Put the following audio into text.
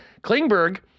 Klingberg